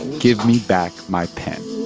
give me back my pen.